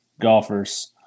golfers